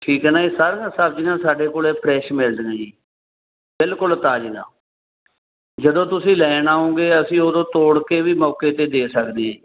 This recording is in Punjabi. ਠੀਕ ਹੈ ਨਾ ਇਹ ਸਾਰੀਆਂ ਸਬਜ਼ੀਆਂ ਸਾਡੇ ਕੋਲ ਫਰੈਸ਼ ਮਿਲ ਜਾਣੀਆਂ ਜੀ ਬਿਲਕੁਲ ਤਾਜ਼ੀਆਂ ਜਦੋਂ ਤੁਸੀਂ ਲੈਣ ਆਓਗੇ ਅਸੀਂ ਉਦੋਂ ਤੋੜ ਕੇ ਵੀ ਮੌਕੇ 'ਤੇ ਦੇ ਸਕਦੇ ਹਾਂ